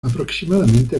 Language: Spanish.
aproximadamente